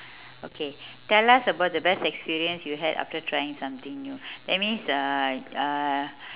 okay tell us about the best experience you had after trying something new that means uh uh